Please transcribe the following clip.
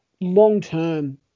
long-term